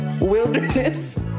wilderness